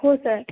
हो सर